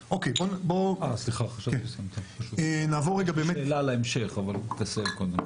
יש לי שאלה להמשך, אבל תסיים קודם.